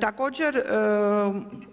Također,